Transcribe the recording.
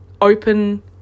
open